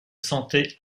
sentait